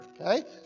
okay